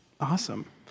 Awesome